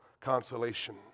Consolation